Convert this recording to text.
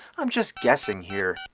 um just guessing here.